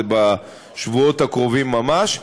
זה בשבועות הקרובים ממש,